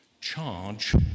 Charge